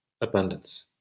abundance